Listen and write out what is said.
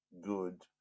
good